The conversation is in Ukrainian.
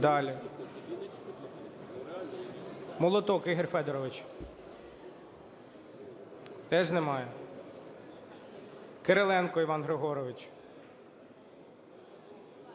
Далі. Молоток Ігор Федорович. Теж немає? Кириленко Іван Григорович.